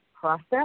process